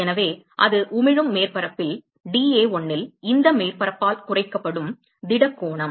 எனவே அது உமிழும் மேற்பரப்பில் dA1 இல் இந்த மேற்பரப்பால் குறைக்கப்படும் திட கோணம்